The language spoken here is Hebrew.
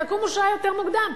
תקומו שעה יותר מוקדם,